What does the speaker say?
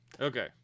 Okay